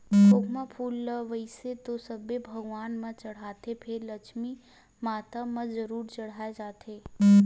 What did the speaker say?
खोखमा फूल ल वइसे तो सब्बो भगवान म चड़हाथे फेर लक्छमी माता म जरूर चड़हाय जाथे